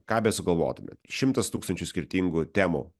ką besugalvotumėt šimtas tūkstančių skirtingų temų